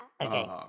okay